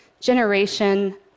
Generation